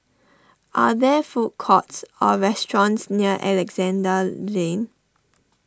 are there food courts or restaurants near Alexandra Lane